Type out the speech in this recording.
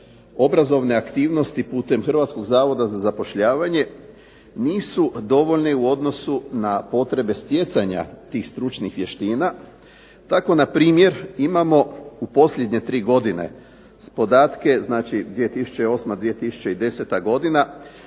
obrazovne aktivnosti putem Hrvatskog zavoda za zapošljavanje nisu dovoljne u odnosu na potrebe stjecanja tih stručnih vještina. Tako na primjer imamo u posljednje tri godine podatke, znači 2008./2010. godina